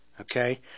okay